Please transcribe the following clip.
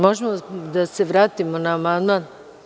Možemo li da se vratimo na amandman?